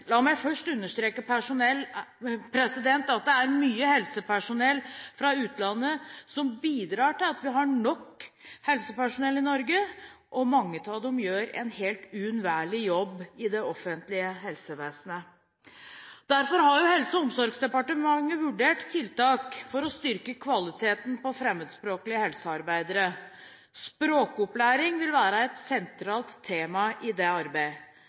La meg først understreke at det er mye helsepersonell fra utlandet som bidrar til at vi har nok helsepersonell i Norge, og mange av dem gjør en uunnværlig jobb i det offentlige helsevesenet. Derfor har Helse- og omsorgsdepartementet vurdert tiltak for å styrke kvaliteten på fremmedspråklige helsearbeidere. Språkopplæring vil være et sentralt tema i det arbeidet.